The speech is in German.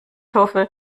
hoffe